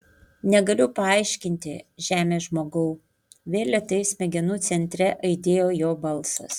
negaliu paaiškinti žemės žmogau vėl lėtai smegenų centre aidėjo jo balsas